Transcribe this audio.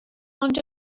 ond